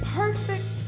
perfect